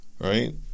right